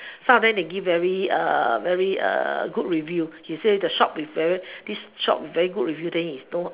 some of them they give very very good review they say the shop is very good review then is know